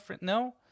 no